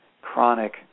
Chronic